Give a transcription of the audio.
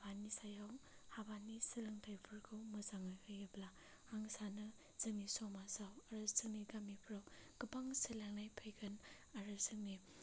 हाबानि सायाव हाबानि सोलोंथायफोरखौ मोजाङै होयोब्ला आं सानो जोंनि समाजआव आरो जोंनि गामिफोराव गोबां सोलायनाय फैगोन आरो जोंनि